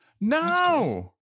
No